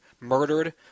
murdered